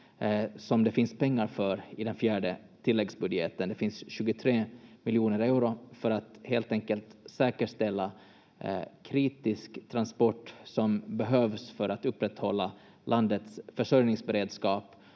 det finns pengar för i den fjärde tilläggsbudgeten. Det finns 23 miljoner euro för att helt enkelt säkerställa kritisk transport som behövs för att upprätthålla landets försörjningsberedskap